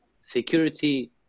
security